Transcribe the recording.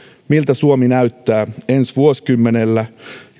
miltä suomi näyttää ensi vuosikymmenellä